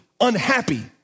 unhappy